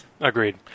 Agreed